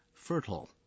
Fertile